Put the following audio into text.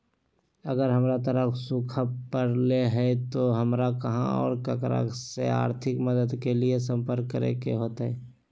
अगर हमर तरफ सुखा परले है तो, हमरा कहा और ककरा से आर्थिक मदद के लिए सम्पर्क करे होतय?